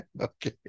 Okay